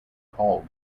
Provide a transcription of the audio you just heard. called